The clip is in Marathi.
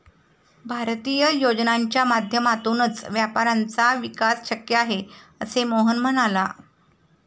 भारतीय योजनांच्या माध्यमातूनच व्यापाऱ्यांचा विकास शक्य आहे, असे मोहन म्हणाला